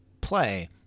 play